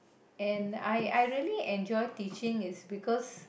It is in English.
and I I really enjoy teaching is because